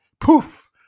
Poof